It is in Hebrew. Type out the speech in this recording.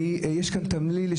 יש כאן תמליל.